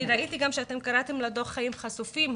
אני ראיתי גם שאתם קראתם לדוח "חיים חשופים",